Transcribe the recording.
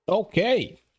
Okay